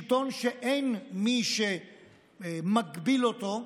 שלטון שאין מי שמגביל אותו,